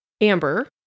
Amber